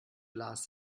lars